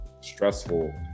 stressful